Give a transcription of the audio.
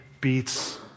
beats